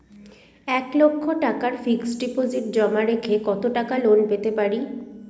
এক লক্ষ টাকার fixed deposit জমা রেখে কত টাকা লোন পেতে পারি?